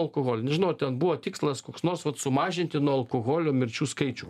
alkoholiui nežinau ar ten buvo tikslas koks nors vat sumažinti nuo alkoholio mirčių skaičių